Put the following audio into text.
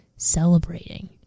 celebrating